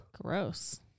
Gross